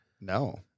No